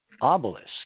obelisk